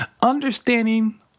Understanding